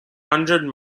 hundred